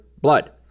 blood